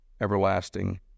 everlasting